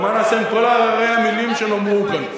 ומה נעשה עם כל הררי המלים שנאמרו כאן?